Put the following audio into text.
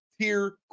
tier